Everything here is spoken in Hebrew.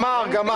תמר, גם את.